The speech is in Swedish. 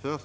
4.